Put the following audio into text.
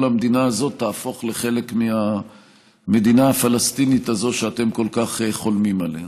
המדינה הזאת תהפוך לחלק מהמדינה הפלסטינית הזאת שאתם כל כך חולמים עליה.